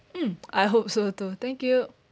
mm I hope so too thank you